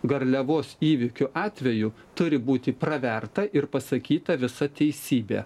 garliavos įvykių atveju turi būti praverta ir pasakyta visa teisybė